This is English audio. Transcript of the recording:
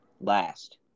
last